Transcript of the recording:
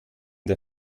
der